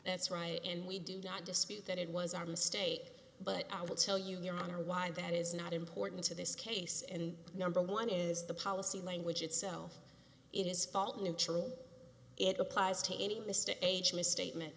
that's right and we do not dispute that it was our mistake but i will tell you your honor why that is not important to this case and number one is the policy language itself it is fault neutral it applies to any mistake a misstatement